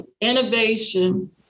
innovation